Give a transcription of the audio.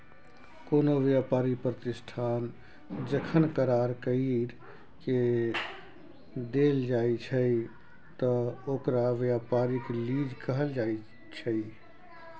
कोनो व्यापारी प्रतिष्ठान जखन करार कइर के देल जाइ छइ त ओकरा व्यापारिक लीज कहल जाइ छइ